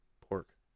pork